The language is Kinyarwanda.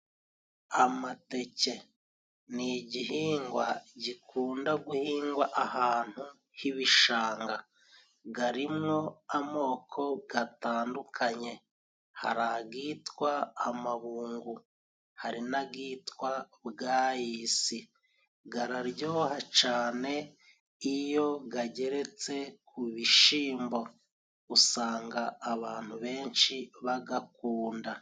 Amateke ni igihingwa gikunda guhingwa ahantu h'ibishanga. Garimwo amoko gatandukanye hari agitwa amabungu, hari n'agitwa bwayisi, gararyoha cane. Iyo gageretse ku bishyimbo usanga abantu benshi bagakunda.